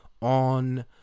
on